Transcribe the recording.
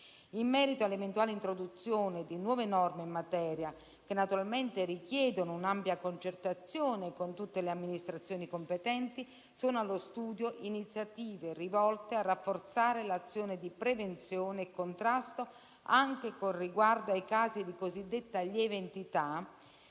In merito all'eventuale introduzione di nuove norme in materia, che naturalmente richiedono un'ampia concertazione con tutte le amministrazioni competenti, sono allo studio iniziative volte a rafforzare l'azione di prevenzione e contrasto, anche con riguardo ai casi di cosiddetta lieve entità,